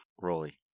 Rolly